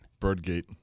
Birdgate